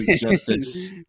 justice